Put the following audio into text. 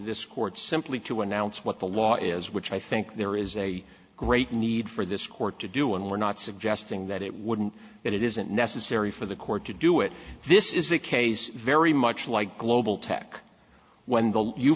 this court simply to announce what the law is which i think there is a great need for this court to do and we're not suggesting that it wouldn't and it isn't necessary for the court to do it this is a case very much like global tech when